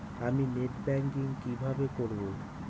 আমি net banking কিভাবে করব?